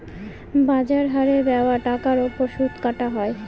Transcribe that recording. বাজার হারে দেওয়া টাকার ওপর সুদ কাটা হয়